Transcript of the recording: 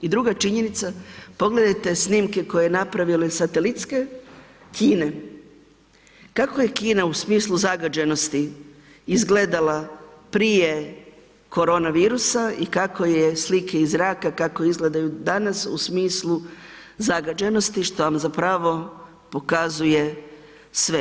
I druga činjenica, pogledajte snimke koje je napravile i satelitske, Kine, kako je Kina u smislu zagađenosti izgledala prije koronavirusa i kako je, slike iz zraka, kako izgledaju danas u smislu zagađenosti, što vam zapravo pokazuje sve.